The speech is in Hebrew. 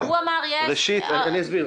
הוא אמר יש --- אני אסביר.